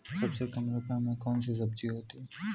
सबसे कम रुपये में कौन सी सब्जी होती है?